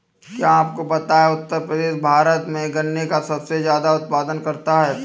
क्या आपको पता है उत्तर प्रदेश भारत में गन्ने का सबसे ज़्यादा उत्पादन करता है?